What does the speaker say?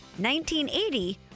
1980